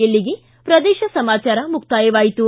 ಇಲ್ಲಿಗೆ ಪ್ರದೇಶ ಸಮಾಚಾರ ಮುಕ್ತಾಯವಾಯಿತು